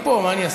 אני אספר,